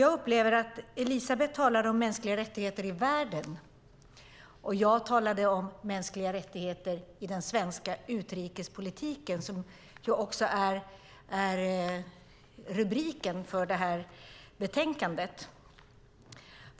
Jag upplevde att Elisabeth Björnsdotter Rahm talade om mänskliga rättigheter i världen, och jag talade om mänskliga rättigheter i den svenska utrikespolitiken, som också är rubriken för det här betänkandet.